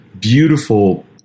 beautiful